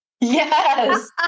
Yes